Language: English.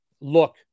Look